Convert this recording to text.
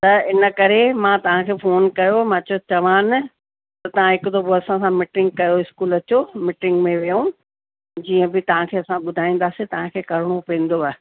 त इन करे मां तव्हांखे फ़ोन कयो मां चयो तव्हां न तव्हां हिकु दफ़ो असां सां मीटिंग कयो स्कूल अचो मीटिंग में वियऊं जीअं बि तव्हांखे असां ॿुधाईंदासीं तव्हांखे करिणो पवंदव